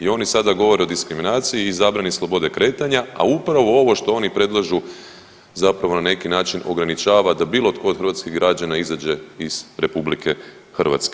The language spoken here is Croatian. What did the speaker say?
I oni sada govore o diskriminaciji i zabrani slobode kretanja, a upravo ovo što oni predlažu zapravo na neki način ograničava da bilo tko od hrvatskih građana izađe iz RH.